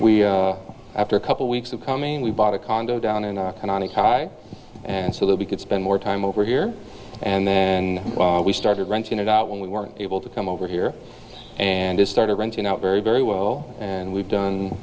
here after a couple weeks of coming we bought a condo down in a high and so that we could spend more time over here and then we started renting it out when we weren't able to come over here and started renting out very very well and we've done